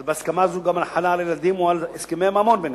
אז ההסכמה הזו חלה גם על הילדים או על הסכמי הממון ביניהם.